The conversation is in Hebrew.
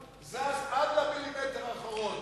והוא זז עד למילימטר האחרון.